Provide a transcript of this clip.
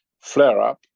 flare-up